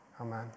Amen